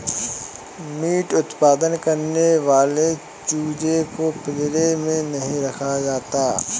meet उत्पादन करने वाले चूजे को पिंजड़े में नहीं रखा जाता